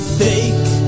fake